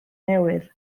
newydd